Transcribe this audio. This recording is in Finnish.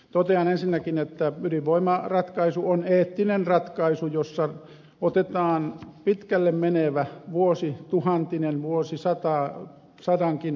totean ensinnäkin että ydinvoimaratkaisu on eettinen ratkaisu jossa otetaan pitkälle menevä vuosituhantinen vuosisadankin vuosisata